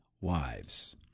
wives